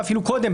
ואפילו קודם,